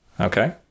Okay